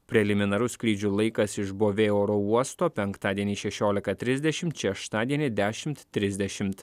preliminarus skrydžio laikas iš bovė oro uosto penktadienį šešiolika trisdešimt šeštadienį dešimt trisdešimt